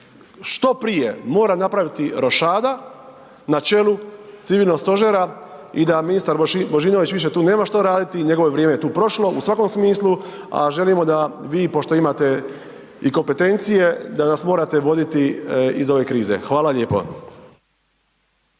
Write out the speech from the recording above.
što prije mora napraviti rošada na čelu civilnog stožera i da ministar Božinović više tu nema što raditi, njegovo je vrijeme tu prošlo u svakom smislu, a želimo da vi pošto imate i kompetencije, da nas morate voditi iz ove krize. Hvala lijepo.